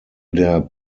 der